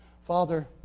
Father